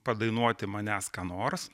padainuoti manęs ką nors